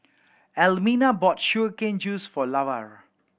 Almina bought sugar cane juice for Lavar